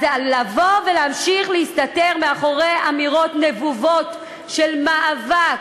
אז לבוא ולהמשיך להסתתר מאחורי אמירות נבובות של מאבק,